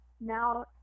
now